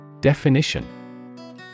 Definition